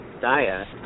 diet